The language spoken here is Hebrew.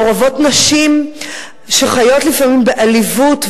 מעורבות נשים שחיות לפעמים בעליבות,